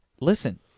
listen